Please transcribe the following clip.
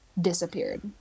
disappeared